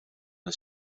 een